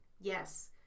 Yes